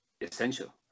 essential